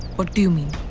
what do you mean?